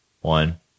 one